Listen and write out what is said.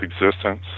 existence